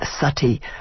Sati